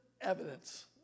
evidence